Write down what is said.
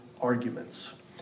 arguments